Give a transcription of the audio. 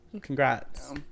Congrats